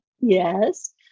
Yes